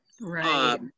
right